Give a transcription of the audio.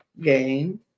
game